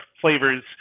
flavors